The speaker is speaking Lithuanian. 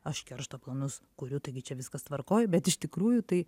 aš keršto planus kuriu taigi čia viskas tvarkoj bet iš tikrųjų tai